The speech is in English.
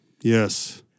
Yes